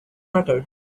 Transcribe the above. matter